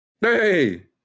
hey